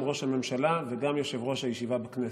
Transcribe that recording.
ראש הממשלה וגם יושב-ראש הישיבה בכנסת.